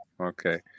Okay